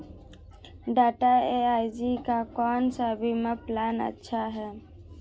Tata AIG का कौन सा बीमा प्लान अच्छा है?